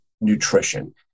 nutrition